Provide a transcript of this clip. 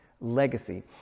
legacy